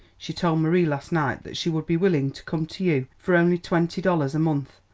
she told marie last night that she would be willing to come to you for only twenty dollars a month,